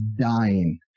dying